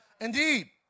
Indeed